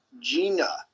Gina